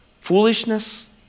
Foolishness